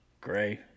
gray